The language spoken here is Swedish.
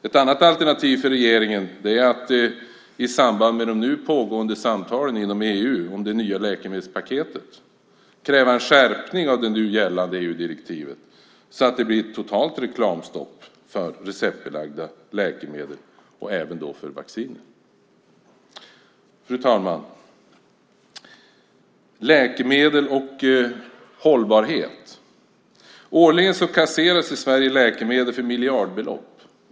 Ett annat alternativ för regeringen är att i samband med de nu pågående samtalen inom EU om det nya läkemedelspaketet kräva en skärpning av det nu gällande EU-direktivet så att det blir ett totalt reklamstopp för receptbelagda läkemedel, även för vacciner. Fru talman! Jag ska säga något om läkemedel och hållbarhet. Årligen kasseras i Sverige läkemedel för miljardbelopp.